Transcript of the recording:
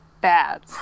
bad